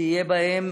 הפריסה בהן